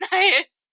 nice